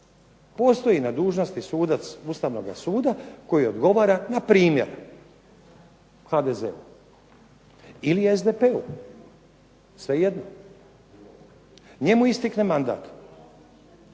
Postoji na dužnosti sudac Ustavnoga suda koji odgovara npr. HDZ-u, ili SDP-u, svejedno. Njemu istekne mandat.